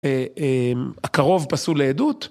הקרוב פסול לעדות.